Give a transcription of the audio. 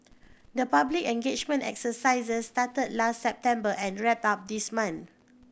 the public engagement exercises started last September and wrapped up this month